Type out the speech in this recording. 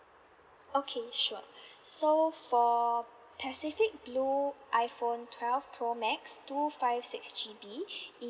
okay sure so for pacific blue iphone twelve pro max two five six G_B